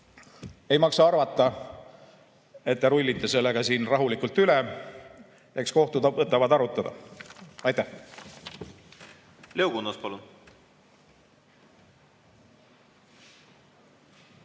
ei maksa arvata, et saab rullida sellega siin rahulikult üle. Eks kohtud võtavad arutada. Aitäh!